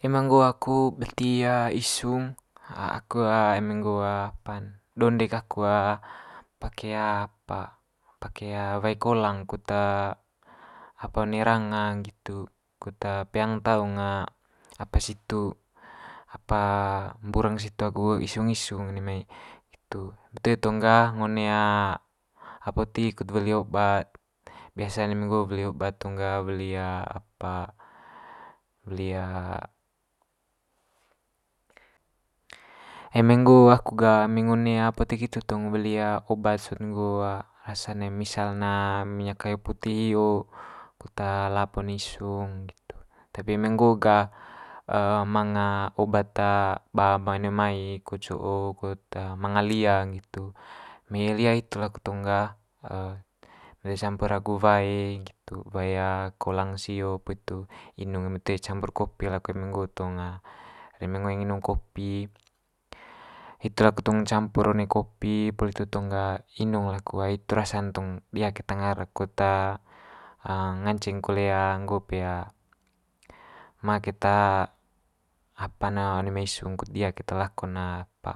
Eme nggo aku beti isung aku eme nggo apa'n donde kaku pake apa pake wae kolang kut apa one ranga nggitu kut peang taung apa situ apa mbureng situ agu isung isung one mai itu. Eme toe tong ga ngo one apotik kut weli obat biasa'n eme nggo weli obat tong ga weli apa weli. Eme nggo aku ga eme ngo one apotik hitu tong ngo weli obat sot nggo rasa'n misal na minyak kayu puti hio kut lap one isung nggitu. Tapi eme nggo ga manga obat ba mai one mai kut co'o kut manga lia nggitu. Emi lia hitu laku tong ga campur agu wae nggitu wae kolang sio poli itu inung eme toe campur kopi laku eme nggo tong reme ngoeng inung kopi. Hitu aku tong campur one kopi poli itu tong ga inung laku rasa'n tong dia keta ngarek kut nganceng kole nggo pe ma keta apa'n ne one mai isung kut dia keta lako'n ne apa